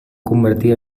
convertir